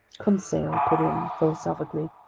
conseil put in philosophically.